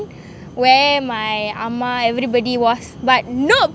where my அம்மா:amma everybody was but no